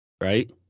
right